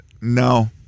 No